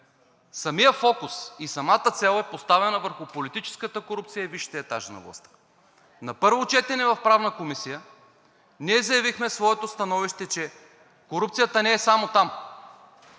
самият фокус и самата цел е поставена върху политическата корупция и висшите етажи на властта. На първо четене в Правната комисия ние заявихме своето становище, че корупцията не е само там,